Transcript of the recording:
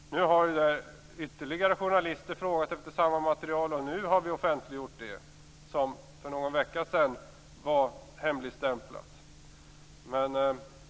Nu har ytterligare journalister frågat efter samma material, och nu har vi offentliggjort det som för någon vecka sedan var hemligstämplat.